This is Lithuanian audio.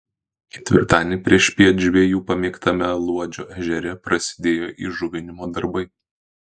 ketvirtadienį priešpiet žvejų pamėgtame luodžio ežere prasidėjo įžuvinimo darbai